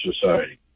Society